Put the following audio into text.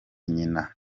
nyina